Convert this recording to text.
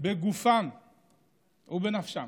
בגופם ובנפשם.